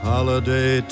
Holiday